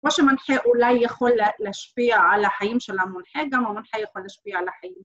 מה שמנחה אולי יכול להשפיע ‫על החיים של המונחה, ‫גם המונחה יכול לשפיע על החיים.